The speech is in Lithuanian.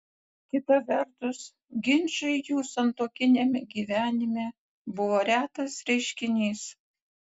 kita vertus ginčai jų santuokiniame gyvenime buvo retas reiškinys